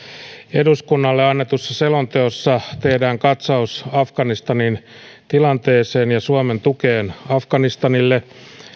eduskunnalle annetussa selonteossa tehdään katsaus afganistanin tilanteeseen ja suomen tukeen afganistanille